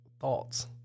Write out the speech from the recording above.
thoughts